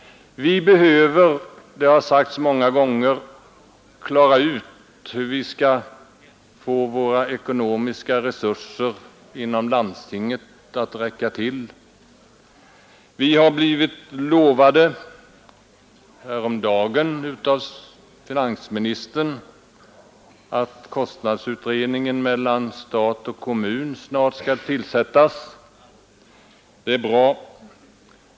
Vi behöver, det har sagts många gånger, klara ut hur vi skall få våra ekonomiska resurser inom landstingen att räcka till. Vi har blivit lovade — häromdagen av finansministern — att utredningen om kostnadsfördelningen mellan stat och kommun snart skall tillsättas. Det är bra.